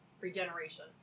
Regeneration